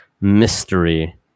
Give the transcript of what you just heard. Mystery